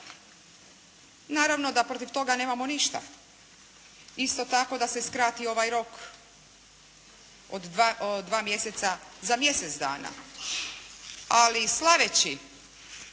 Naravno da protiv toga nemamo ništa. Isto tako da se skrati ovaj rok od dva mjeseca za mjesec dana. Ali slaveći